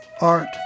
art